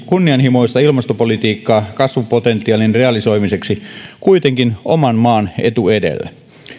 kunnianhimoista ilmastopolitiikkaa kasvupotentiaalin realisoimiseksi kuitenkin oman maan etu edellä